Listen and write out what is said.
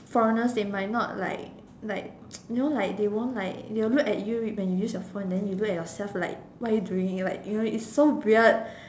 foreigners they might not like like you know like they won't like they will look at you when you use your phone then you look at yourself like what are you doing you know like it's so weird